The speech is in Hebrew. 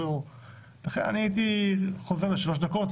לכן הייתי חוזר לשלוש דקות,